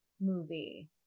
movie